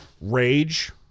rage